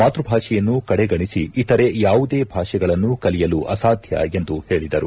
ಮಾತ್ಸಭಾಷೆಯನ್ನು ಕಡೆಗಣಿಸಿ ಇತರೆ ಯಾವುದೇ ಭಾಷೆಗಳನ್ನು ಕಲಿಯಲು ಅಸಾಧ್ಯ ಎಂದು ಹೇಳಿದರು